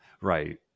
Right